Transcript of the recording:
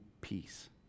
peace